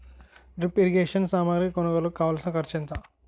drip irrigation సామాగ్రి కొనుగోలుకు కావాల్సిన ఖర్చు ఎంత